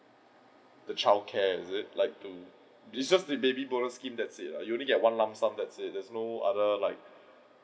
the child care is it like to besides the baby bonus scheme that's it ah you only get one lump sum that's it there is no other like